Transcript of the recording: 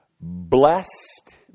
Blessed